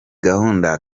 gahunda